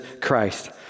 Christ